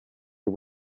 you